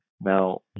Now